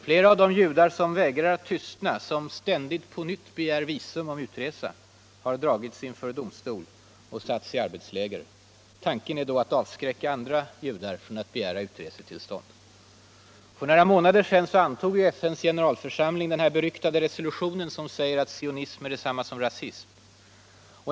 Flera av de judar som vägrar att tystna, som ständigt på nytt begär visum för utresa, har dragits inför domstol och satts i arbetsläger. Tanken är att avskräcka andra judar från att begära utresetillstånd. För några månader sedan antog FN:s generalförsamling den beryktade resolution som säger att sionism är detsamma som rasism.